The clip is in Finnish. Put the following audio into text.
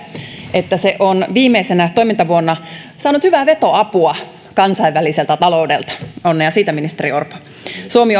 että se on viimeisenä toimintavuonna saanut hyvää vetoapua kansainväliseltä taloudelta onnea siitä ministeri orpo suomi